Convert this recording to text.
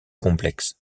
complexe